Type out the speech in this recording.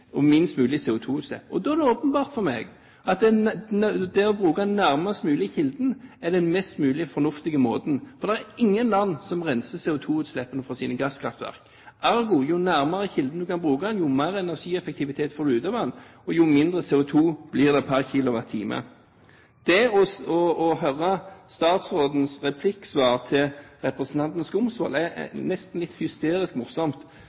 og minst mulig CO2-utslipp. Da er det åpenbart for meg at det å bruke den nærmest mulige kilden er den mest fornuftige måten. Det er ingen land som renser CO2-utslippene fra sine gasskraftverk. Ergo: Jo nærmere kilden du kan bruke den, jo mer energieffektivitet får du ut av den, og jo mindre CO2 blir det per kilowattime. Det å høre statsrådens replikksvar til representanten Skumsvoll er nesten litt hysterisk morsomt,